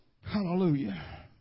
Hallelujah